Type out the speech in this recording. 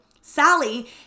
Sally